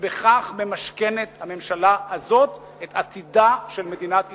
ובכך ממשכנת הממשלה הזאת את עתידה של מדינת ישראל,